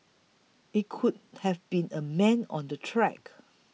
it could have been a man on the track